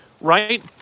right